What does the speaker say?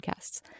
podcasts